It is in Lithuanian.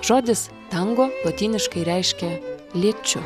žodis tango lotyniškai reiškia liečiu